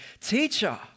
Teacher